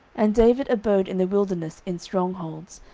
and david abode in the wilderness in strong holds,